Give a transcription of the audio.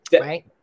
right